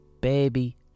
baby